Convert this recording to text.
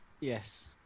Yes